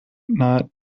knot